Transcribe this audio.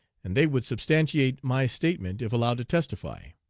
and they would substantiate my statement if allowed to testify.